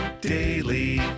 daily